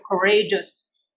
courageous